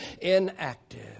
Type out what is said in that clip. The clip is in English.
inactive